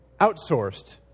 outsourced